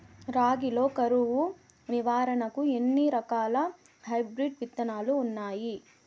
రాగి లో కరువు నివారణకు ఎన్ని రకాల హైబ్రిడ్ విత్తనాలు ఉన్నాయి